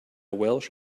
welsh